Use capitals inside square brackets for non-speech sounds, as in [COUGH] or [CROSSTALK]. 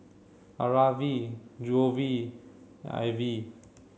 Aarav we [UNINTELLIGIBLE] we at Ivie